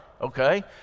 Okay